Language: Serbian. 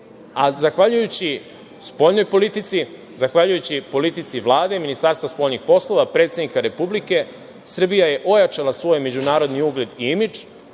Zahvaljujući spoljnoj politici, zahvaljujući politici Vlade, Ministarstva spoljnih poslova, predsednika Republike, Srbija je ojačala svoj međunarodni ugled i imidž.